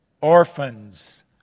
orphans